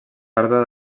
pèrdua